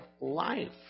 life